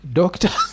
doctor